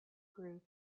group